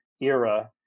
era